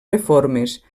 reformes